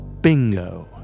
Bingo